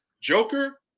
Joker